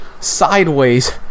sideways